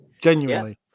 Genuinely